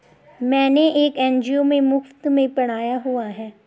मैंने एक एन.जी.ओ में मुफ़्त में पढ़ाया हुआ है